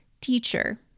teacher